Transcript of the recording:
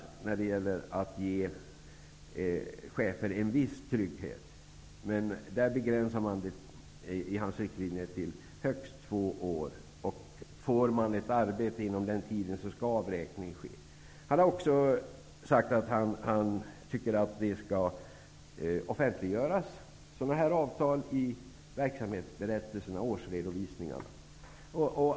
Enligt Bo Lundgrens riktlinjer skall dessa avtal begränsas till att gälla i högst två år. Och om den avgående chefen får ett arbete under tiden, skall avräkning ske. Vidare anser Bo Lundgren att den här typen av avtal skall offentliggöras i verksamhetsberättelserna i årsredovisningarna.